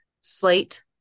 slate